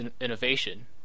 innovation